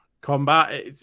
combat